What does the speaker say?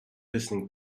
listening